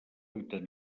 hàbitat